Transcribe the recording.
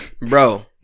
Bro